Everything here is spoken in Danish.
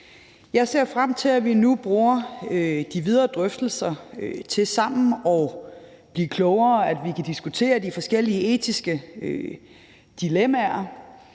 Jeg ser frem til, at vi nu bruger de videre drøftelser til sammen at blive klogere, at vi kan diskutere de forskellige etiske dilemmaer,